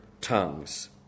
tongues